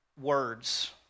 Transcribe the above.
words